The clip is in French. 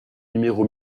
numéro